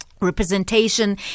representation